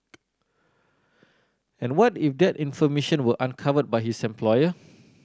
and what if that information were uncovered by his employer